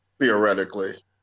Theoretically